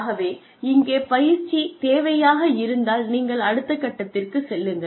ஆகவே இங்கே பயிற்சி தேவையாக இருந்தால் நீங்கள் அடுத்த கட்டத்திற்குச் செல்லுங்கள்